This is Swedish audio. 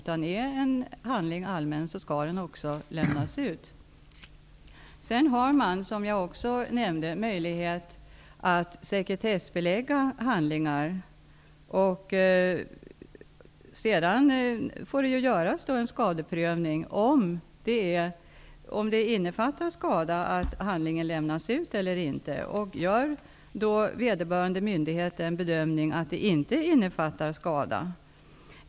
Är en handling allmän, skall den också lämnas ut. Sedan har man, som jag också nämnt, möjlighet att sekretessbelägga handlingar. Därefter får man göra en skadeprövning för att se om det innefattar skada eller inte att en handling lämnas ut. Vederbörande myndighet kan då göra bedömningen att det inte innefattar skada.